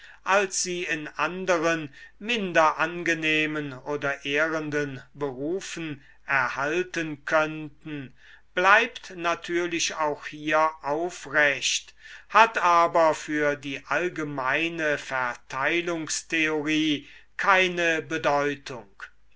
als sie in anderen minder angenehmen oder ehrenden berufen erhalten könnten bleibt natürlich auch hier aufrecht hat aber für die allgemeine ver teilungstheorie keine bedeutung